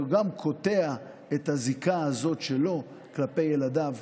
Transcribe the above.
הוא קוטע גם את הזיקה הזאת שלו כלפי ילדיו,